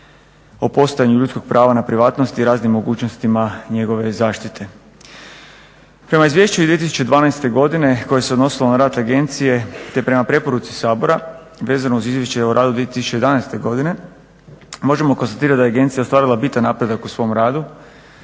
o postojanju ljudskog prava na privatnosti i raznim mogućnostima njegove zaštite. Prema izvješću iz 2012.godine koje se odnosilo na rad agencije te prema preporuci Sabora vezano uz izvješće o radu 2011.godine možemo konstatirati da je agencija ostvarila bitan napredak u svom radu